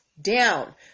down